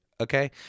okay